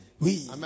Oui